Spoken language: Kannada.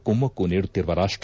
ಕುಮ್ಮಕ್ಕು ನೀಡುತ್ತಿರುವ ರಾಷ್ಟ